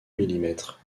millimètres